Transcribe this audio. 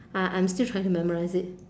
uh I'm still trying to memorise it